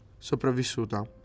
Sopravvissuta